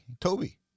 Toby